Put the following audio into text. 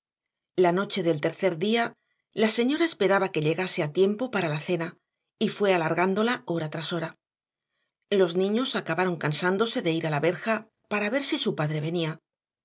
la noche del tercer día la señora esperaba que llegase a tiempo para la cena y fue alargándola hora tras hora los niños acabaron cansándose de ir a la verja para ver si su padre venía